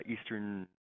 eastern